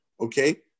okay